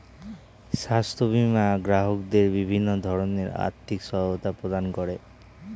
স্বাস্থ্য বীমা গ্রাহকদের বিভিন্ন ধরনের আর্থিক সহায়তা প্রদান করে